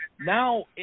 Now